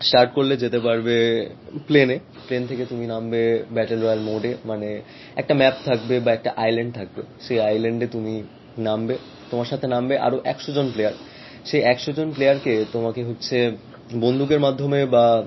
start করলে যেতে পারবে প্লেনে প্লেন থেকে তুমি নামবে ব্যাটল রয়্যাল মোডে মানে একটা ম্যাপ থাকবে বা একটা আইল্যাণ্ড থাকবে সেই আইল্যাণ্ডে তুমি নামবে তোমার সাথে নামবে আরও একশোজন প্লেয়ার সেই একশোজন প্লেয়ারকে তোমাকে হচ্ছে বন্দুকের মাধ্যমে বা